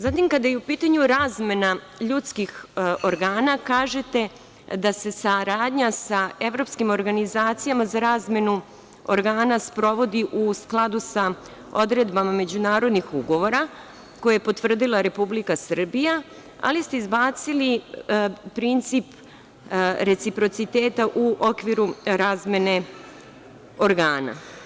Zatim, kada je u pitanju razmena ljudskih organa kažete da se saradnja sa evropskim organizacijama za razmenu organa sprovodi u skladu sa odredbama međunarodnih ugovora koje je potvrdila Republika Srbija, ali ste izbacili princip reciprociteta u okviru razmene organa.